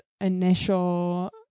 initial